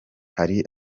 hari